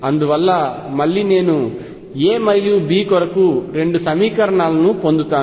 అందువల్ల మళ్లీ నేను A మరియు B కొరకు రెండు సమీకరణాలను పొందుతాను